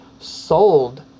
sold